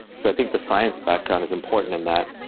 so i think the science background is important in that.